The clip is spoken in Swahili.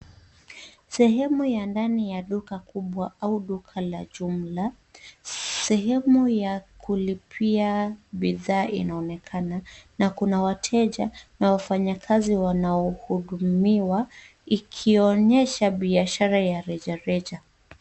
Sehemu ya ndani ya duka kubwa au duka la jumla, sehemu ya kulipia bidhaa inaonekana na kuna wateja na wafanyakazi wanaohudumiwa ikionyesha biashara ya rejareja.